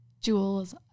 jewels